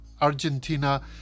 Argentina